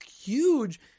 huge